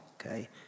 okay